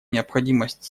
необходимость